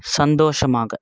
சந்தோஷமாக